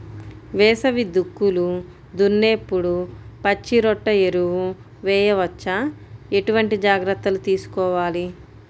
వేసవి దుక్కులు దున్నేప్పుడు పచ్చిరొట్ట ఎరువు వేయవచ్చా? ఎటువంటి జాగ్రత్తలు తీసుకోవాలి?